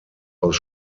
aus